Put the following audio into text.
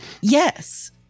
Yes